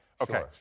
Okay